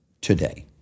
today